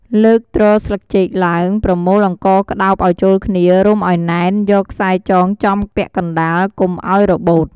លើកទ្រស្លឹកចេកឡើង ប្រមូលអង្ករក្ដោបឱ្យចូលគ្នា រុំឱ្យណែន យកខ្សែចងចំពាក់កណ្ដាលកុំឱ្យរបូត។